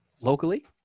locally